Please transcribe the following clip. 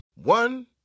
One